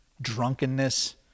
drunkenness